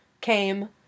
came